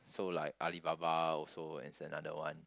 so like Alibaba also is another one